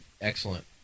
excellent